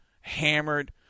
hammered